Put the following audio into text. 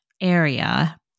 area